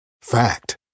Fact